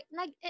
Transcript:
nag